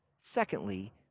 Secondly